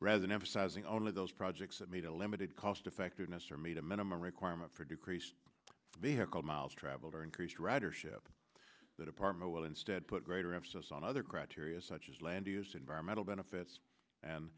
rather than emphasizing only those projects that meet a limited cost effectiveness or meet a minimum requirement for decreased vehicle miles traveled or increased ridership the department will instead put greater emphasis on other criteria such as land use environmental benefits and